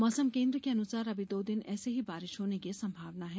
मौसम केन्द्र के अनुसार अभी दो दिन ऐसे ही बारिश होने की संभावना है